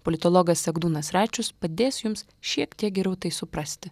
politologas egdūnas račius padės jums šiek tiek geriau tai suprasti